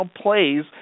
plays